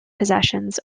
possessions